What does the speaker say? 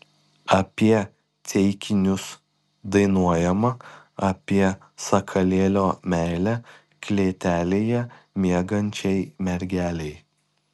apie ceikinius dainuojama apie sakalėlio meilę klėtelėje miegančiai mergelei